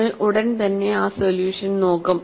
നമ്മൾ ഉടൻ തന്നെ ആ സൊല്യൂഷൻ നോക്കും